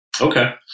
Okay